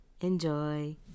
Enjoy